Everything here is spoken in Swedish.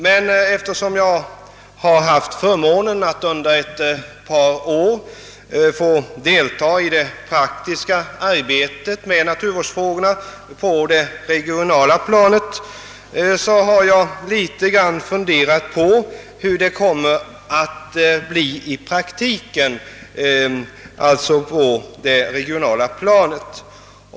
Men eftersom jag har haft förmånen att under ett par års tid få deltaga i det praktiska arbetet med naturvårdsfrågorna på det regionala planet, har jag något funderat på hur det kommer att bli i praktiken på det regionala planet.